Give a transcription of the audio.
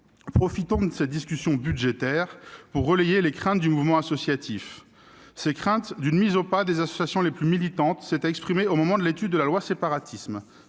ensuite de cette discussion budgétaire pour relayer les craintes du mouvement associatif. Certaines, qui concernaient une mise au pas des associations les plus militantes, s'étaient exprimées au moment de l'examen de la loi, dite Séparatisme,